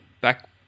back